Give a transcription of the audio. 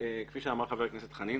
כפי שאמר חבר הכנסת חנין,